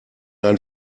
ein